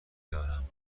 دارم